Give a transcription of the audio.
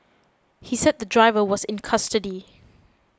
he said the driver was in custody